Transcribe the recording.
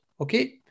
Okay